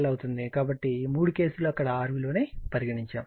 కాబట్టి ఈ మూడు కేసులు అక్కడ R విలువని పరిగణించాము